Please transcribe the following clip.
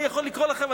אני יכול לקרוא לכם,